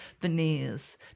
veneers